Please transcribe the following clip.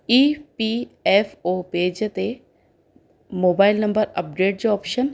ई P F O page ते mobile number update जो option